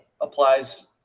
applies